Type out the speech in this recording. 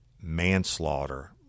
manslaughter